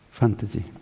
fantasy